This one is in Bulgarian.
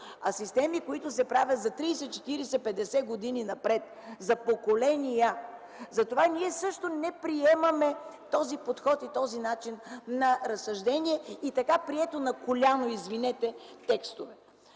са системи, които се правят за 30-40-50 години напред, за поколения. Затова ние също не приемаме този подход и този начин на разсъждение и така, приети „на коляно”, извинете, текстове.